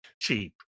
cheap